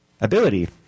ability